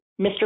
Mr